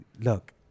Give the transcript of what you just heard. look